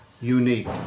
unique